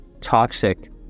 Toxic